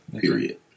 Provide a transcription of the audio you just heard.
period